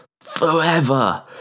forever